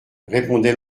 répondait